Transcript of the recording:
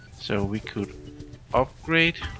so we could upgrade.